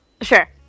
Sure